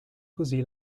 così